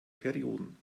perioden